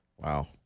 Wow